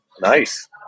Nice